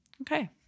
okay